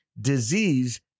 disease